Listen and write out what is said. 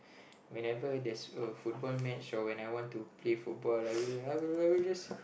whenever there's a football match or when I want to play football I will I will I will just